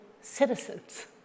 citizens